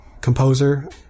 composer